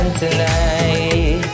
Tonight